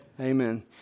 Amen